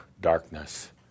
darkness